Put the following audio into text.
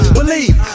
Believe